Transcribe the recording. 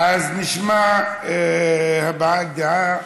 נשמע הבעת דעה.